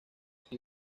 sin